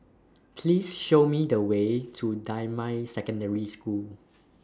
Please Show Me The Way to Damai Secondary School